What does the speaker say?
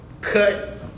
Cut